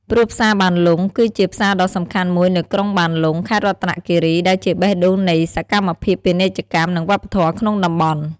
ព្រោះផ្សារបានលុង គឺជាផ្សារដ៏សំខាន់មួយនៅក្រុងបានលុង ខេត្តរតនគិរី ដែលជាបេះដូងនៃសកម្មភាពពាណិជ្ជកម្ម និងវប្បធម៌ក្នុងតំបន់។